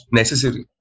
necessary